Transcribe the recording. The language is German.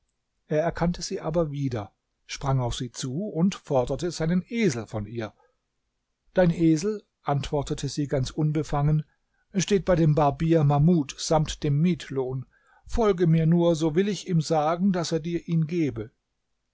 er erkannte sie aber wieder sprang auf sie zu und forderte seinen esel von ihr dein esel antwortete sie ganz unbefangen steht bei dem barbier mahmud samt dem mietlohn folge mir nur so will ich ihm sagen daß er dir ihn gebe